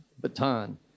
baton